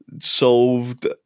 solved